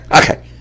Okay